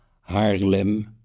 Haarlem